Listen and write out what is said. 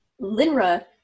Linra